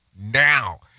now